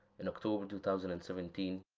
in october two thousand and seventeen,